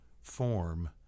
form